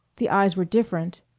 the eyes were different.